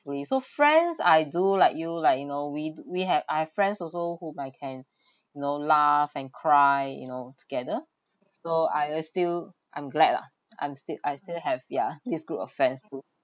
so friends I do like you like you know we do we have I have friends also whom I can know laugh and cry you know together so I will still I'm glad lah I'm still I still have ya this group of friends too